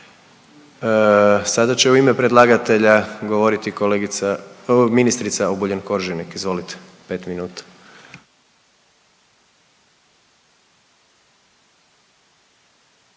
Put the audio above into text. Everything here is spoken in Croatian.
Sada će u ime predlagatelja govoriti kolegica, ministrica Obuljen-Koržinek. Izvolite pet minuta.